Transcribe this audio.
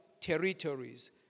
territories